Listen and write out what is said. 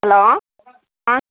hello